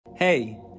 Hey